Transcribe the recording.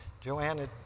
Joanne